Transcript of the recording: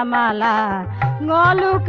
um la la la la